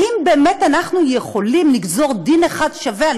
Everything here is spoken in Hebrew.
האם באמת אנחנו יכולים לגזור דין אחד שווה על